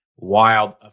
wild